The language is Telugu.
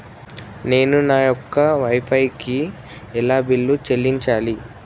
నేను నా యొక్క వై ఫై కి ఎలా బిల్లు చెల్లించాలి?